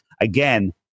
Again